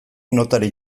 notarik